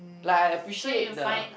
like appreciate the